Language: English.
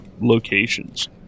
locations